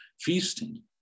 feasting